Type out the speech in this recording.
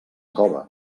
cova